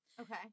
Okay